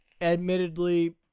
admittedly